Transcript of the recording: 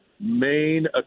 main